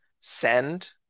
Send